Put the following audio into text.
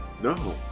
No